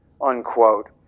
unquote